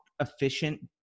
efficient